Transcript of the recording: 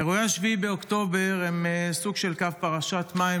אירועי 7 באוקטובר הם סוג של קו פרשת מים